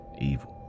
evil